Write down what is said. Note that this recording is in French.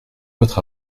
votre